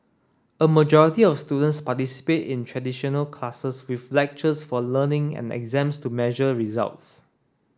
a majority of students participate in traditional classes with lectures for learning and exams to measure results